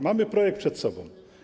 Mamy projekt przed sobą.